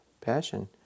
passion